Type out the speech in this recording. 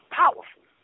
powerful